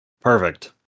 perfect